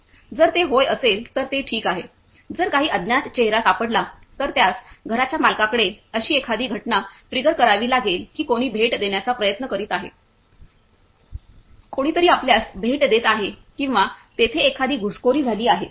जर ते होय असेल तर ते ठीक आहे जर काही अज्ञात चेहरा सापडला तर त्यास घराच्या मालकाकडे अशी एखादी घटना ट्रिगर करावी लागेल की कोणी भेट देण्याचा प्रयत्न करीत आहे कोणीतरी कोणीतरी आपल्यास भेट देत आहे किंवा तेथे एखादी घुसखोरी झाली आहे